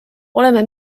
oleme